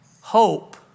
hope